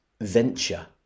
venture